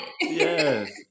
Yes